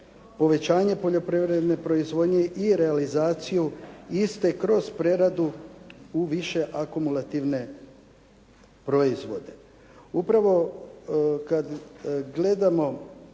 povećanje poljoprivredne proizvodnje i realizaciju iste kroz preradu u više akumulativne proizvode. Upravo kada gledamo